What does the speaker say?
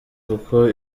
kuko